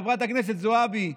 חברת הכנסת זועבי,